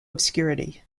obscurity